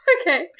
okay